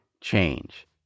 change